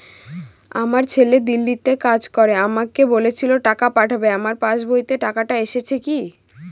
আমার ছেলে দিল্লীতে কাজ করে আমাকে বলেছিল টাকা পাঠাবে আমার পাসবইতে টাকাটা এসেছে কি?